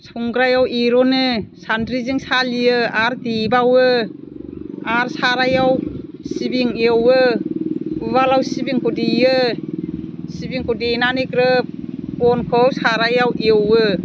संग्रायाव एर'नो सान्द्रिजों सालियो आरो देबावो आरो सारायाव सिबिं एवो उवालआव सिबिंखौ देयो सिबिंखौ देनानै ग्रोब अनखौ सारायाव एवो